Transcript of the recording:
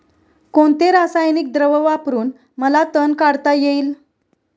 कोणते रासायनिक द्रव वापरून मला तण काढता येईल?